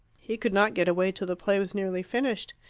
he could not get away till the play was nearly finished,